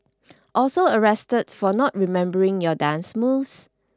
also arrested for not remembering your dance moves